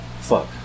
fuck